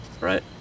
Right